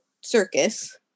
circus